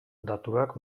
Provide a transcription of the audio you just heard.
datuak